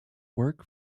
work